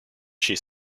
she